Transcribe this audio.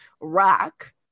rock